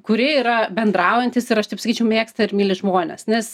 kurie yra bendraujantys ir aš taip sakyčiau mėgsta ir myli žmones nes